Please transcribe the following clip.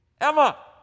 Emma